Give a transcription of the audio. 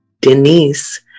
Denise